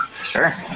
Sure